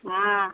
हँ